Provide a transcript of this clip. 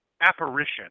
apparition